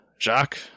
Jacques